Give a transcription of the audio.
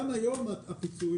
גם היום הפיצוי,